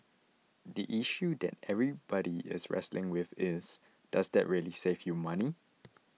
the issue that everybody is wrestling with is does that really save you money